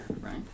right